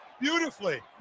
Beautifully